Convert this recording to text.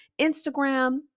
Instagram